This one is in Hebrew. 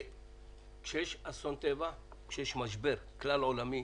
שכאשר יש אסון טבע, כשיש משבר כלל עולמי